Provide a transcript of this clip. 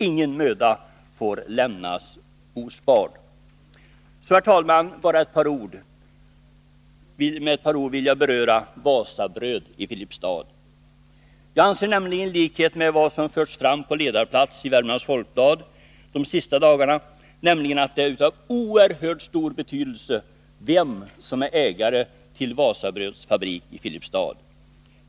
Ingen möda får sparas. Herr talman! Jag vill också med ett par ord beröra Wasabröd i Filipstad. Jag anser nämligen — i likhet med vad som förts fram på ledarplats i Värmlands Folkblad de senaste dagarna — att det är av oerhört stor betydelse vem som är ägare till Wasabröds fabrik i Filipstad.